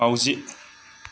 मावजि